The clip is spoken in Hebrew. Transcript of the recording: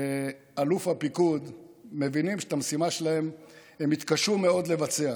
ואלוף הפיקוד מבינים שאת המשימה שלהם הם יתקשו מאוד לבצע.